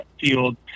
Field